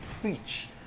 preach